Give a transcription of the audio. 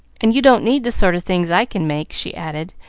and you don't need the sort of things i can make, she added,